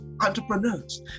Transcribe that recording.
entrepreneurs